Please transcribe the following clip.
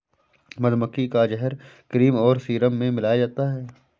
मधुमक्खी का जहर क्रीम और सीरम में मिलाया जाता है